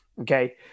okay